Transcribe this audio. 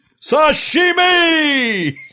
Sashimi